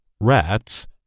rats